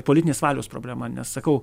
politinės valios problema nes sakau